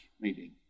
meeting